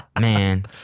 Man